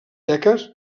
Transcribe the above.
seques